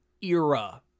era